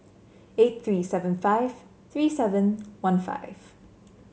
eight three seven five three seven one five